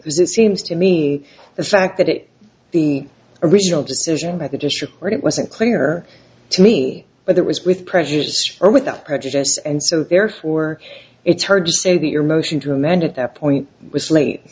because it seems to me the fact that it the original decision by the district court it wasn't clear to me but that was with prejudiced or without prejudice and so therefore it's hard to say that your motion to amend it at point was late